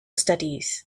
studies